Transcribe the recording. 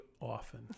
often